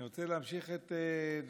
אני רוצה להמשיך את דבריו